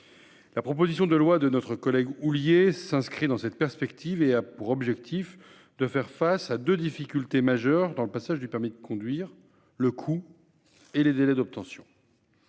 La proposition de loi de notre collègue Sacha Houlié s'inscrit dans cette perspective et a pour objectif de faire face à deux difficultés majeures dans le passage du permis de conduire : le coût et les délais d'obtention.